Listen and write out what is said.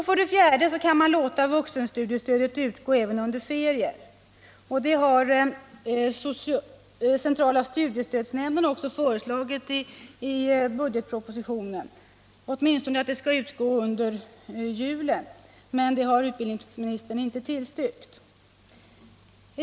För det fjärde kan man låta vuxenstudiestödet utgå även under ferier. Det har centrala studiestödsnämnden också föreslagit i budgetpropositionen — åtminstone att det skulle utgå under julen — men det har utbildningsministern inte tillstyrkt.